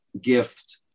gift